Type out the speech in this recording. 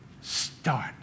Start